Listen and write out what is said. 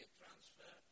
transfer